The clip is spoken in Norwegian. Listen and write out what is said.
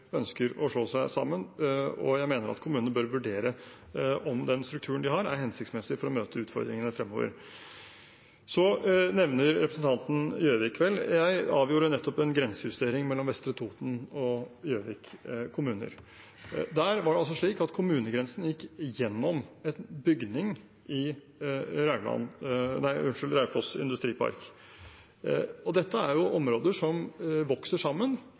ønsker å slå seg sammen. Jeg mener at kommunene bør vurdere om den strukturen de har, er hensiktsmessig for å møte utfordringene fremover. Så nevner representanten Gjøvik. Jeg avgjorde nettopp en grensejustering mellom Vestre Toten og Gjøvik kommuner. Der var det slik at kommunegrensen gikk gjennom en bygning i Raufoss Industripark. Dette er områder som vokser sammen,